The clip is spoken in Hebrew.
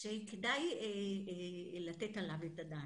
שכדאי לתת עליו את הדעת.